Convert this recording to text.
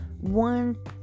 One